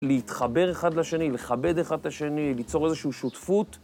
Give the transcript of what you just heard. להתחבר אחד לשני, לכבד אחד את השני, ליצור איזושהו שותפות.